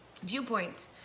viewpoint